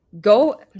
go